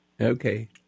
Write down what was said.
Okay